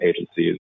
agencies